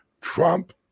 Trump